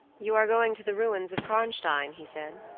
you are going to the ruins of karnstein? he said.